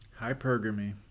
hypergamy